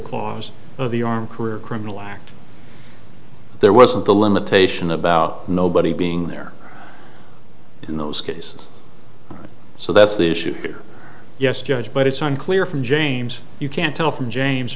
of the arm career criminal act there wasn't the limitation about nobody being there in those cases so that's the issue here yes judge but it's unclear from james you can't tell from james